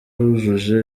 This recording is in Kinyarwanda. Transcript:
rwujuje